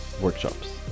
workshops